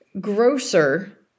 grocer